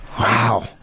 Wow